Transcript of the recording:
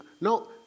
no